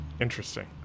Interesting